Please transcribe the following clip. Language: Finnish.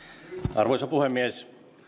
arvoisa puhemies